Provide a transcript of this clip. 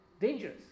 dangerous